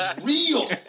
real